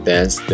Dance